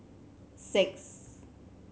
six